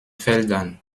feldern